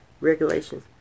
Regulations